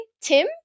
Tim